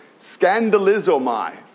Scandalizomai